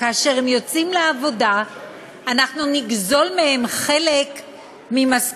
כאשר הם יוצאים לעבודה אנחנו נגזול מהם חלק ממשכורתם,